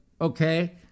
okay